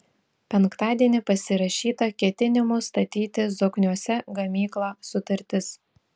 penktadienį pasirašyta ketinimų statyti zokniuose gamyklą sutartis